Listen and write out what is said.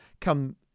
come